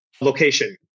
location